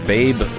Babe